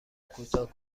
کوتاه